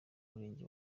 murenge